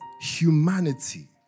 humanity